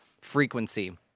frequency